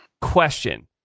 question